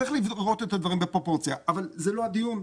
צריך לראות את הדברים בפרופורציה אבל זה לא הדיון.